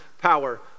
power